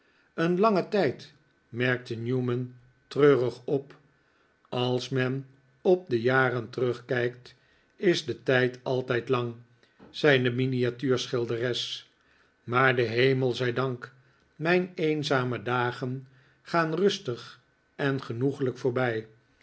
een lange tijd merkte newman treurig op als men op de jaren terugkijkt is de tijd altijd lang zei de miniatuurschilderes maar den hemel zij dank mijn eenzame dagen gaan rustig en genoeglijk voorbij